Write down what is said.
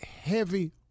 heavy